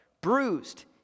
bruised